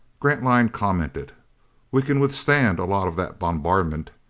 grantline commented we can withstand a lot of that bombardment.